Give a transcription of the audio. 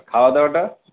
খাওয়াদাওয়াটা